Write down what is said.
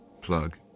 plug